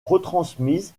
retransmise